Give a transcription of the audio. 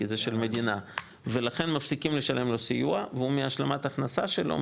כי זה של המדינה ולכן מפסיקים לשלם לו סיוע והוא מהשלמת הכנסה שלו,